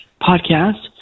podcast